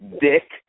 dick